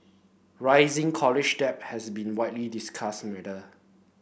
rising college debt has been widely discussed matter